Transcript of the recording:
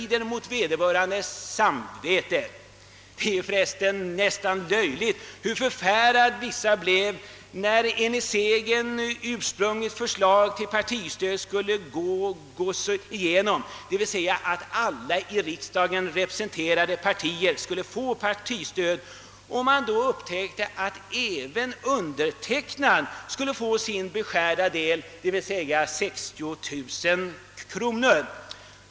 Det var nästan löjligt att se hur förfärade vissa personer blev då det var aktuellt att det ursprungliga förslaget till partistöd skulle gå igenom, d.v.s. alla i riksdagen representerade partier skulle få partistöd, och man upptäckte att även undertecknad skulle få sin beskärda del, nämligen 60 000 kronor.